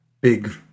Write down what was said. big